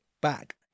back